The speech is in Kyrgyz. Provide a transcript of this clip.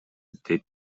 дейт